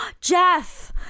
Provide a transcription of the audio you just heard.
Jeff